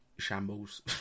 shambles